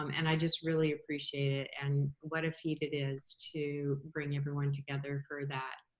um and i just really appreciate it and what a feat it is to bring everyone together for that.